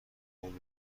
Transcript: خود